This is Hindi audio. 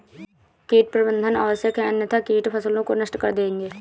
कीट प्रबंधन आवश्यक है अन्यथा कीट फसलों को नष्ट कर देंगे